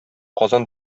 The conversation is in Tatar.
казан